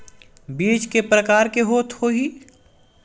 बीज के प्रकार के होत होही?